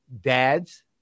dads